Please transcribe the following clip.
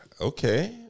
Okay